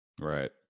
Right